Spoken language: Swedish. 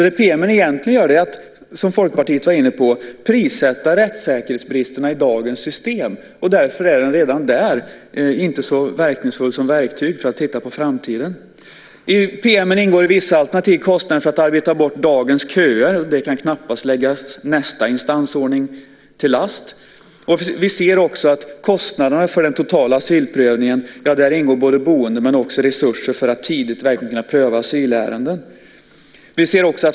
Det PM:en egentligen gör är att, som Folkpartiet var inne på, prissätta rättssäkerhetsbristerna i dagens system. Därför är den redan där inte så verkningsfull som verktyg för att titta på framtiden. I PM:en ingår i vissa alternativ kostnaden för att arbeta bort dagens köer. Det kan knappast läggas nästa instansordning till last. I kostnaderna för den totala asylprövningen ingår boende och också resurser för att tidigt kunna pröva asylärenden.